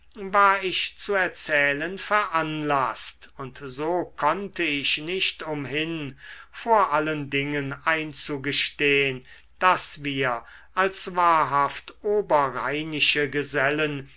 war ich zu erzählen veranlaßt und so konnte ich nicht umhin vor allen dingen einzugestehn daß wir als wahrhaft oberrheinische gesellen